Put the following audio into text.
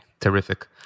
Terrific